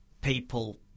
people